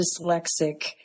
dyslexic